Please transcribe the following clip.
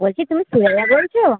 বলছি তুমি সুরাইয়া বলছ